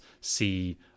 see